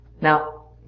Now